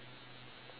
for fun